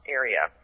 area